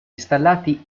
installati